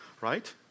right